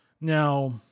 Now